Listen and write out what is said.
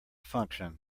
function